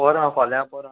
पोरां फोल्या पोरां